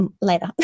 later